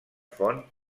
font